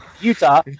Utah